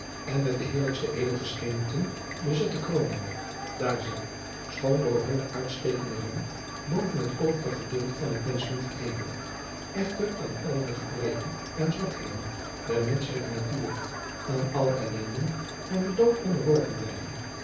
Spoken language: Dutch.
en met de heerlijkste edelgesteenten bezette kroonen daar zij schoon door hunnen uitstekenden rang boven het overig gedeelte van het menschdom verheven echter aan alle de gebreken en zwakheden der menschelijke natuur aan alle ellenden en den dood onderworpen blijven